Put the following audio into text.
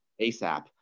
asap